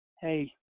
hey